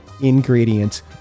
ingredients